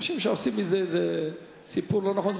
אנשים שעושים מזה סיפור לא נכון,